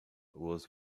was